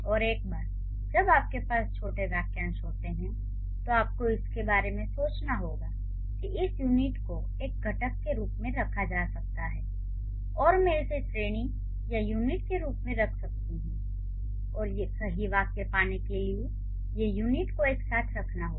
और एक बार जब आपके पास छोटे वाक्यांश होते हैं तो आपको इसके बारे में सोचना होगा कि इस यूनिट को एक घटक के रूप में रखा जा सकता है और मैं इसे श्रेणी या यूनिट के रूप में रख सकता हूं और सही वाक्य पाने के लिए ये यूनिट को एक साथ रखना होगा